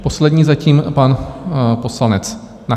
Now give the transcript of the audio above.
Poslední zatím pan poslanec Nacher.